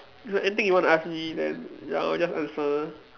is there anything you want to ask me then ya lor I'll just answer